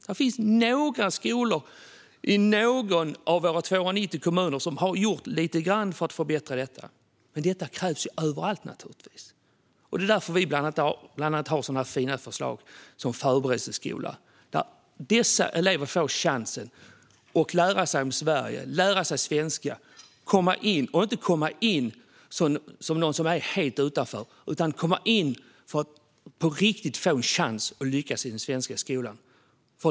Det finns några skolor i någon av våra 290 kommuner som har gjort lite grann för att förbättra detta. Men det krävs naturligtvis att man gör det överallt. Det är därför vi bland annat har sådana här fina förslag som det om förberedelseskola. Där får dessa elever chansen att lära sig om Sverige och lära sig svenska och kan sedan komma in i skolan som några som inte är helt utanför utan får komma in och på riktigt få en chans att lyckas i den svenska skolan.